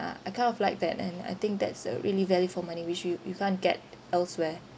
I kind of like that and I think that's a really value for money which you you can't get elsewhere